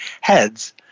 heads